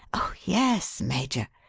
oh, yes, major.